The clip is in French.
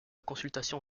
consultation